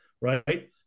right